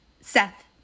Seth